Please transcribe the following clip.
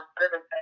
services